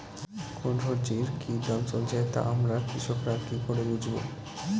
কোন সব্জির কি দাম চলছে তা আমরা কৃষক রা কি করে বুঝবো?